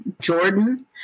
Jordan